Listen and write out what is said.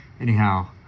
anyhow